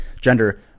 gender